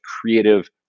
creative